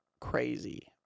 Crazy